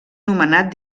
nomenat